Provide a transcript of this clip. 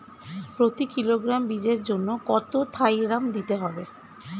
প্রতি কিলোগ্রাম বীজের জন্য কত থাইরাম দিতে হবে?